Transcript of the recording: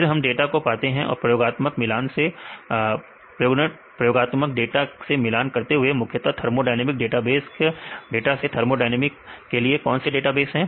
फिर हम डाटा को पाते हैं और प्रयोगात्मक डाटा से मिलान करते हैं मुख्यता थर्मोडायनेमिक डेटाबेस के डाटा से थर्मोडायनेमिक के लिए कौन से डेटाबेस हैं